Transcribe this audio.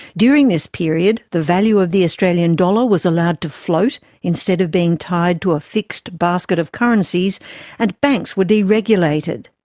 during this period, the value of the australian dollar was allowed to float instead of being tied to a fixed basket of currencies and banks were deregulated.